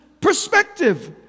perspective